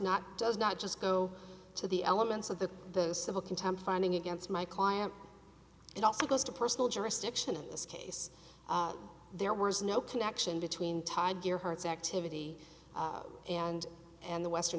not does not just go to the elements of the the civil contempt finding against my client it also goes to personal jurisdiction in this case there was no connection between tiger hertz activity and and the western